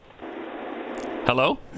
Hello